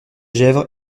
gesvres